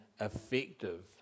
effective